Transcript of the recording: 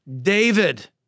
David